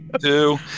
two